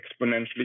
exponentially